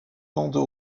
bandes